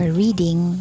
reading